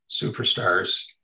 superstars